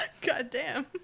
Goddamn